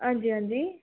हां जी हां जी